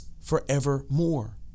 forevermore